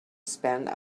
spend